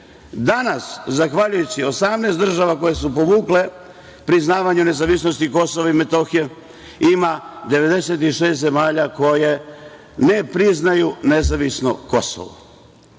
Danas, zahvaljujući 18 država koje su povukle priznavanje nezavisnosti Kosova i Metohije, ima 96 zemalja koje ne priznaju nezavisno Kosovo.